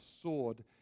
sword